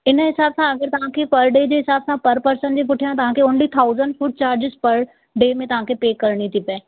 इन हिसाब सां अगरि तव्हां खे पर डे जे हिसाब सां पर पर्सन जे पुठियां तव्हां खे only thousand food charges per day में तव्हां खे पे करिणी थी पवे